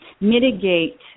mitigate